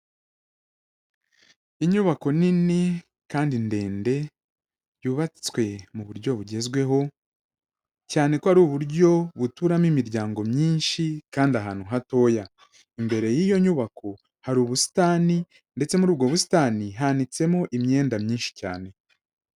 Inyubako nini kandi ndende, yubatswe mu buryo bugezweho, cyane ko ari uburyo buturamo imiryango myinshi kandi ahantu hatoya. Imbere y'iyo nyubako, hari ubusitani ndetse muri ubwo busitani hanitsemo imyenda myinshi cyane.